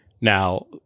now